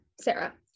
Sarah